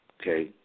Okay